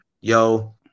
Yo